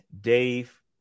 Dave